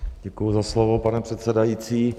Děkuji za slovo, pane předsedající.